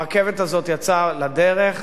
הרכבת הזאת יצאה לדרך.